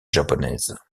japonaise